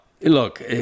look